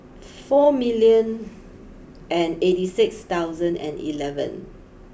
four million and eighty six thousand and eleven